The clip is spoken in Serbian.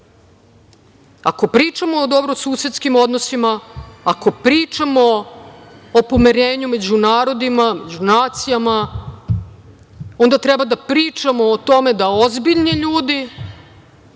Ako pričamo o dobrosusedskim odnosima, ako pričamo o pomirenju među narodima, među nacijama, onda treba da pričamo o tome da ozbiljni ljudi,